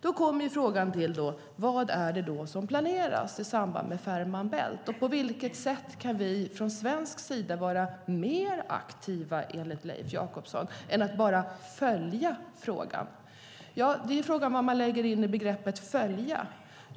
Då kommer frågan: Vad är det som planeras i samband med Fehmarn Bält, och på vilket sätt kan vi, enligt Leif Jakobsson, från svensk sida vara mer aktiva än att bara följa frågan? Det är frågan om vad man ligger in i begreppet "följa".